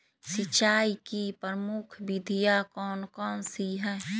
सिंचाई की प्रमुख विधियां कौन कौन सी है?